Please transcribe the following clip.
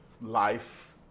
life